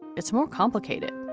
it's more complicated.